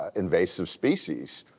invasive species,